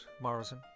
Morrison